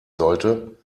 sollte